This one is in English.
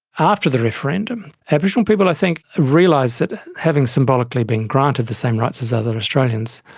after the referendum aboriginal people i think realised that having symbolically been granted the same rights as other australians,